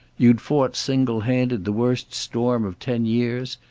you'd fought single-handed the worst storm of ten years,